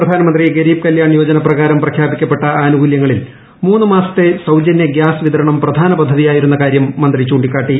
പ്രധാനമന്ത്രി ഗരീബ് കല്യാൺ യോജന പ്രകാരം പ്രഖ്യാപിക്കപ്പെട്ട ആനുകൂല്യങ്ങളിൽ മൂന്നു മാസത്തെ സൌജന്യഗ്യാസ് വിതരണം പ്രധാന പദ്ധതിയായിരുന്ന കാരൃം മന്ത്രി ചൂണ്ടിക്കാട്ടി